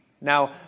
Now